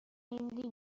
هندی